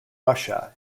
russia